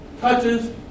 touches